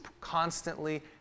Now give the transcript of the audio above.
constantly